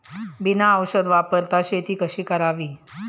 बिना औषध वापरता शेती कशी करावी?